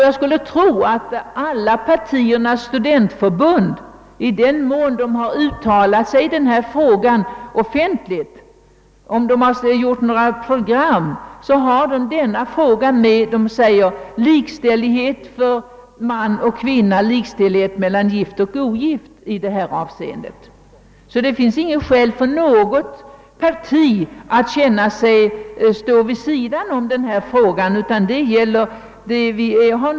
Jag skulle tro att alla partiers studentförbund, i den mån de har uttalat sig om denna fråga i sina program, kräver likställighet mellan man och kvinna och mellan gift och ogift. Inte något parti behöver alltså känna sig stå vid sidan om detta problem.